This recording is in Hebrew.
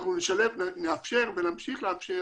נאפשר ונמשיך לאפשר